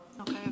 Okay